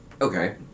Okay